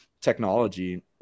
technology